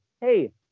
hey